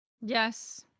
Yes